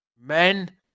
Men